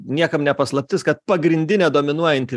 niekam ne paslaptis kad pagrindinė dominuojanti